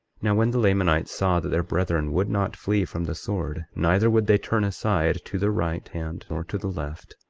now when the lamanites saw that their brethren would not flee from the sword, neither would they turn aside to the right hand or to the left,